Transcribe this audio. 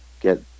get